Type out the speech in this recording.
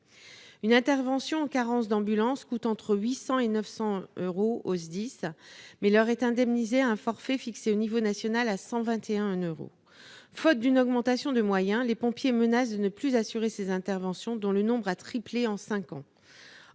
au service départemental d'incendie et de secours (SDIS), mais lui est indemnisée à un forfait fixé, au niveau national, à 121 euros. Faute d'une augmentation de moyens, les pompiers menacent de ne plus assurer ces interventions, dont le nombre a triplé en cinq ans.